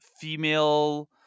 female